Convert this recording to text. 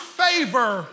favor